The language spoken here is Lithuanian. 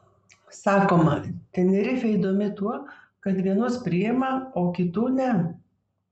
sakoma tenerifė įdomi tuo kad vienus priima o kitų ne